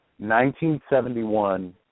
1971